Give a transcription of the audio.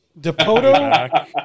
Depoto